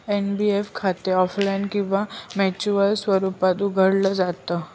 NPS खाते offline किंवा manual स्वरूपात उघडलं जात